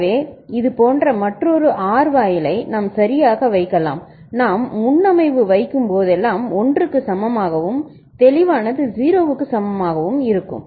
எனவே இதுபோன்ற மற்றொரு OR வாயிலை நாம் சரியாக வைக்கலாம் நாம் முன்னமைவு வைக்கும் போதெல்லாம் 1 க்கு சமமாகவும் தெளிவானது 0 க்கு சமமாகவும் இருக்கும்